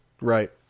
Right